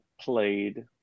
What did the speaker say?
played